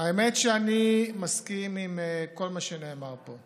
האמת שאני מסכים עם כל מה שנאמר פה.